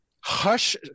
hush